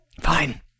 fine